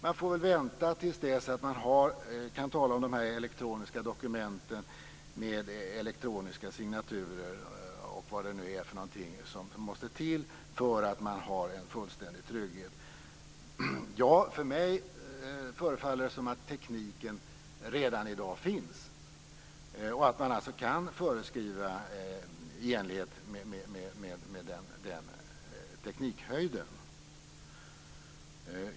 Man får väl vänta till dess att man kan tala om de elektroniska dokumenten med elektroniska signaturer, och vad det nu är för någonting som måste till för att man ska ha en fullständig trygghet. För mig förefaller det som att tekniken redan finns i dag och att man alltså kan föreskriva i enlighet med den teknikhöjden.